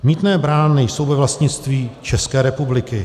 Mýtné brány jsou ve vlastnictví České republiky.